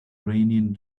raining